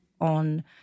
on